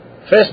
First